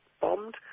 bombed